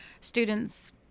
students